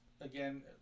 again